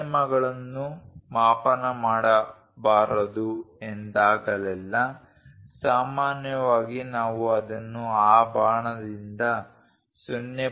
ಆಯಾಮಗಳನ್ನು ಮಾಪನ ಮಾಡಬಾರದು ಎಂದಾಗಲೆಲ್ಲಾ ಸಾಮಾನ್ಯವಾಗಿ ನಾವು ಅದನ್ನು ಆ ಬಾಣದಿಂದ 0